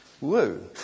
Woo